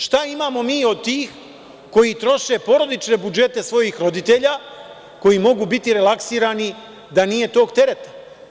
Šta imamo mi od tih koji troše porodične budžete svojih roditelja koji mogu biti relaksirani, da nije tog tereta?